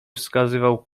wskazywał